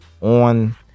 on